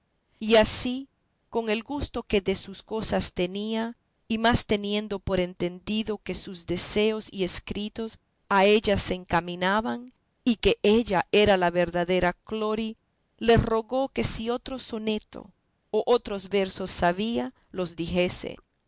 y así con el gusto que de sus cosas tenía y más teniendo por entendido que sus deseos y escritos a ella se encaminaban y que ella era la verdadera clori le rogó que si otro soneto o otros versos sabía los dijese